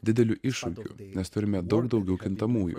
dideliu iššūkiu nes turime daug daugiau kintamųjų